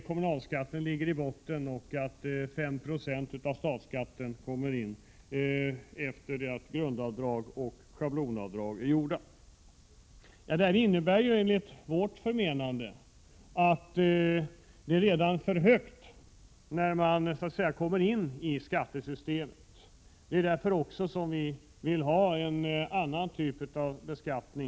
Kommunalskatten ligger i botten, och 5 Fo statlig skatt kommer in efter grundavdrag och schablonavdrag. Detta är enligt vårt förmenande för högt redan när man kommer in i skattesystemet. Det är därför vi också vill ha en annan typ av beskattning.